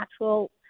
natural